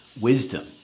wisdom